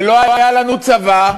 ולא היה לנו צבא,